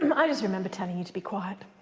um i just remember telling you to be quiet.